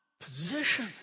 position